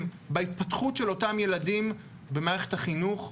בהתפתחות של אותם ילדים במערכת החינוך,